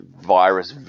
virus